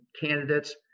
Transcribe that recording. candidates